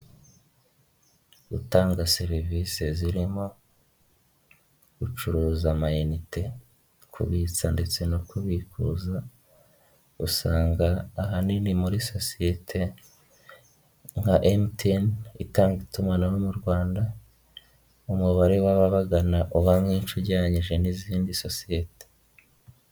Gutanga serivisi zirimo, gucuruza amayinite kubitsa ndetse no kubifuza, usanga ahanini muri sosiyete nka MTN, itanga itumanaho mu Rwanda, umubare w'ababagana uba mwinshi ugereranyije n'izindi sosiyete.